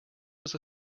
was